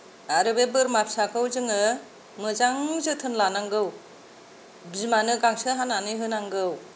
आरो बे बोरमा फिसाखौ जोङो मोजां जोथोन लानांगौ बिमानो गांसो हानानै होनांगौ